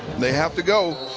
they have to go.